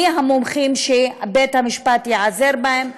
מי המומחים שבית-המשפט ייעזר בהם,